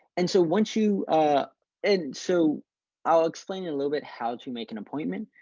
and so once you and so i'll explain a little bit how to make an appointment.